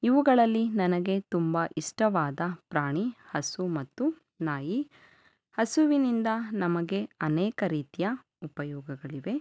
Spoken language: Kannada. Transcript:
ಇವುಗಳಲ್ಲಿ ನನಗೆ ತುಂಬ ಇಷ್ಟವಾದ ಪ್ರಾಣಿ ಹಸು ಮತ್ತು ನಾಯಿ ಹಸುವಿನಿಂದ ನಮಗೆ ಅನೇಕ ರೀತಿಯ ಉಪಯೋಗಗಳಿವೆ